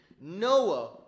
Noah